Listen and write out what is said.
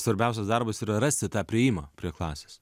svarbiausias darbas yra rasti tą priėjimą prie klasės